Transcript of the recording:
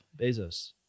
Bezos